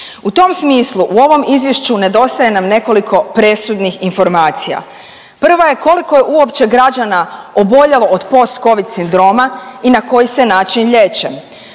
U tom smislu u ovom izvješću nedostaje nam nekoliko presudnih informacija. Prva je koliko je uopće građana oboljelo od postcovid sindroma i na koji se način liječe.